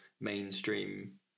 mainstream